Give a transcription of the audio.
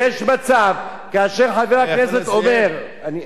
יש מצב כאשר חבר הכנסת אומר,